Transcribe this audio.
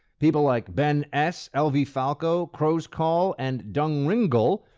people like ben s, l v. falco, crows call, and dungringle,